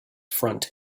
front